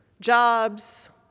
Jobs